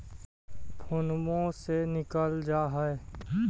फोनवो से निकल जा है?